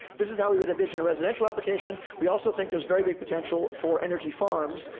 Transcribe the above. this is how we would envision a residential application. we also think there's very big potential for energy farms,